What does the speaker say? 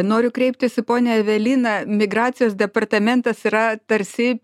noriu kreiptis į ponią eveliną migracijos departamentas yra tarsi